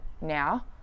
now